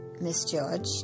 misjudged